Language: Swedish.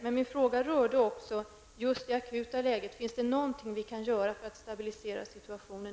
Min fråga rörde också det akuta läget. Finns det något vi kan göra utöver detta för att stabilisera situationen?